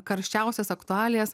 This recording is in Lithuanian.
karščiausias aktualijas